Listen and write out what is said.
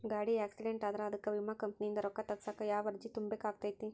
ಗಾಡಿ ಆಕ್ಸಿಡೆಂಟ್ ಆದ್ರ ಅದಕ ವಿಮಾ ಕಂಪನಿಯಿಂದ್ ರೊಕ್ಕಾ ತಗಸಾಕ್ ಯಾವ ಅರ್ಜಿ ತುಂಬೇಕ ಆಗತೈತಿ?